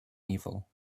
evil